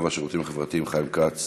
הרווחה והשירותים החברתיים חיים כץ